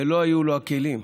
ולא היו לו הכלים,